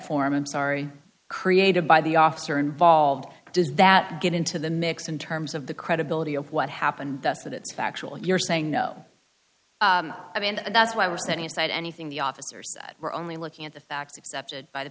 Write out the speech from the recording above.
form i'm sorry created by the officer involved does that get into the mix in terms of the credibility of what happened that's the that's factual you're saying no i mean that's why we're setting aside anything the officer said we're only looking at the facts accepted by the